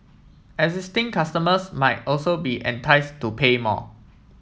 existing customers might also be entice to pay more